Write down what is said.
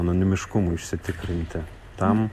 anonimiškumui užsitikrinti tam